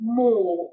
more